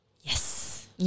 Yes